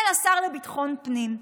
אל השר לביטחון פנים.